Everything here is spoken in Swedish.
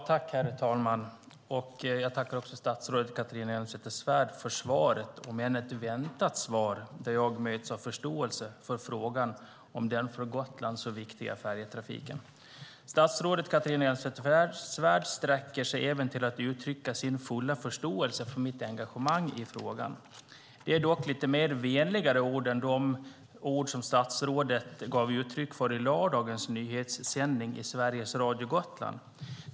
Herr talman! Jag tackar statsrådet Catharina Elmsäter-Svärd för svaret. Det var ett väntat svar där jag möts av förståelse för frågan om den för Gotland så viktiga färjetrafiken. Statsrådet Catharina Elmsäter-Svärd sträcker sig även till att uttrycka sin fulla förståelse för mitt engagemang i frågan. Det är lite vänligare ord än de ord som statsrådet uttalade i lördagens nyhetssändning i Sveriges Radio Gotland.